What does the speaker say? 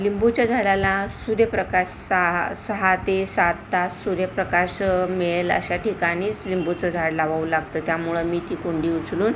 लिंबूच्या झाडाला सूर्यप्रकाश सहा सहा ते सात तास सूर्यप्रकाश मिळेल अशा ठिकाणीच लिंबूचं झाड लावावं लागतं त्यामुळं मी ती कुंडी उचलून